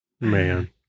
Man